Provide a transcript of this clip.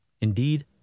Indeed